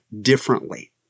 differently